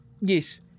Yes